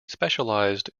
specialised